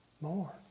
More